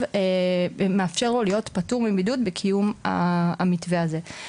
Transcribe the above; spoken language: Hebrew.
מאפשר לו להיות פטור מבידוד בקיום המתווה הזה.